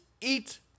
eat